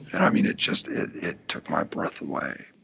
and i mean it just, it it took my breath away.